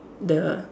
the